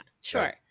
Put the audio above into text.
sure